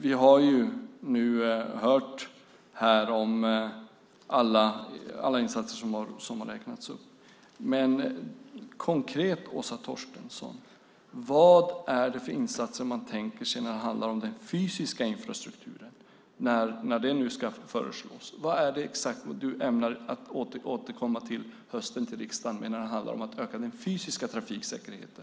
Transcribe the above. Vi har nu hört alla insatser räknas upp. Men vad konkret, Åsa Torstensson, är det för insatser man tänker sig när det handlar om den fysiska infrastrukturen? Vad är det exakt du ämnar återkomma med till hösten till riksdagen när det handlar om att öka den fysiska trafiksäkerheten?